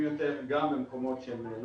את המודל המכרזי עצמו עוד לא